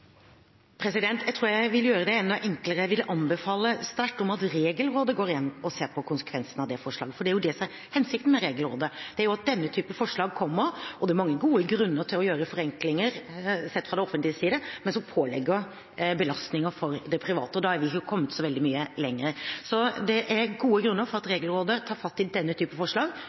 Jeg tror jeg vil gjøre det enda enklere: Jeg vil anbefale sterkt at Regelrådet går inn og ser på konsekvensene av det forslaget, for det er det som er hensikten med Regelrådet når denne typen forslag kommer. Det er mange gode grunner til å gjøre forenklinger sett fra det offentliges side, men som påfører belastninger for det private. Og da er vi ikke kommet så veldig mye lenger. Så det er gode grunner til at Regelrådet tar fatt i denne typen forslag